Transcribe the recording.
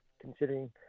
considering